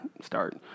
start